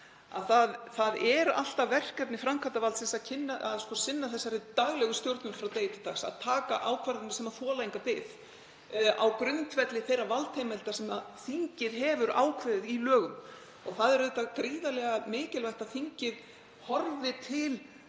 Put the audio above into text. það er alltaf verkefni framkvæmdarvaldsins að sinna daglegri stjórnun, að taka ákvarðanir sem þola enga bið á grundvelli þeirra valdheimilda sem þingið hefur ákveðið í lögum. Það er auðvitað gríðarlega mikilvægt að þingið horfi til